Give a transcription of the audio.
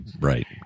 right